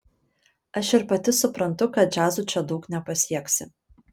aš ir pati suprantu kad džiazu čia daug nepasieksi